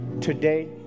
today